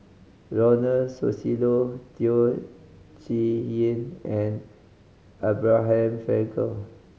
Ronald Susilo Teo Chee Hean and Abraham Frankel